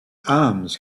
arms